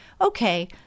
okay